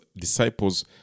disciples